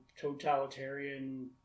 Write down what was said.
totalitarian